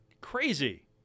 Crazy